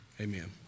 Amen